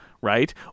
right